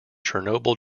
chernobyl